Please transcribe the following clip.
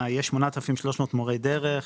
13:20) יש 8,300 מורי דרך.